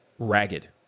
ragged